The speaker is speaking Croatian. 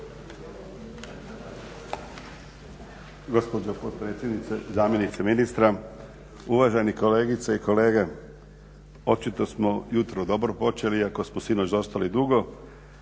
Gospođo potpredsjednice, zamjenice ministra, uvažene kolegice i kolege. Očito smo jutro dobro počeli iako smo sinoć ostali dugo.